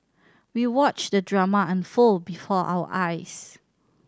we watched the drama unfold before our eyes